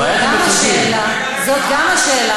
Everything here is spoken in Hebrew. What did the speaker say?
זו גם השאלה, זו גם השאלה.